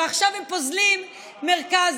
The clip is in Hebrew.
ועכשיו הם פוזלים מרכזה,